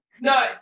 No